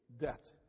debt